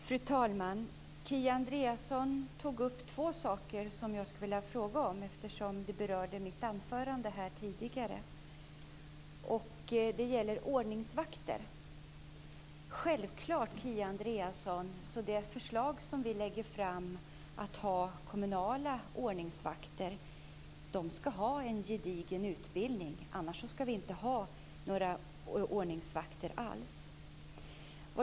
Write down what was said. Fru talman! Kia Andreasson tog upp två saker som jag skulle vilja fråga om, eftersom de berörde mitt anförande tidigare. En sak gäller ordningsvakter. Vi lägger fram ett förslag om kommunala ordningsvakter. De skall självfallet, Kia Andreasson, ha en gedigen utbildning. Annars skall vi inte ha några ordningsvakter alls.